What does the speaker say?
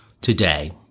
today